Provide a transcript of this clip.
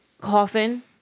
Coffin